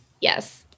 yes